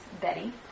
Betty